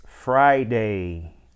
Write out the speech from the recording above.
Friday